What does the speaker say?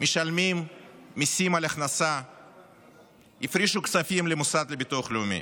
משלמים מיסים על הכנסה והפרישו כספים למוסד לביטוח לאומי,